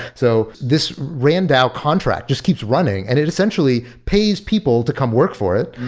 so this randao contract just keeps running and it essentially pays people to come work for it.